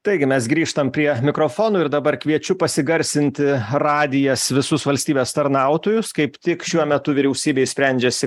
taigi mes grįžtam prie mikrofonų ir dabar kviečiu pasigarsinti radijas visus valstybės tarnautojus kaip tik šiuo metu vyriausybėj sprendžiasi